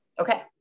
Okay